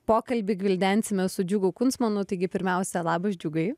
pokalbį gvildensime su džiugu kunsmanu taigi pirmiausia labas džiugai